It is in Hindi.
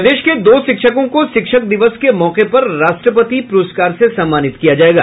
प्रदेश के दो शिक्षकों को शिक्षक दिवस के मौके पर राष्ट्रपति पुरस्कार से सम्मानित किया जायेगा